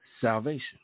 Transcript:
salvation